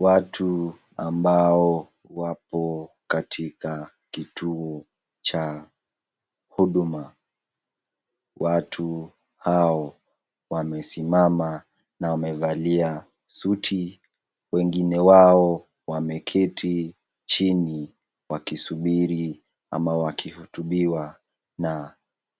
Watu ambao wapo katika kituo cha huduma. Watu hao wamesimama na wamevalia suti, wengine wao wameketi chini wakisubiri ama wakihutubiwa na